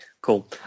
Cool